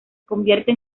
convierte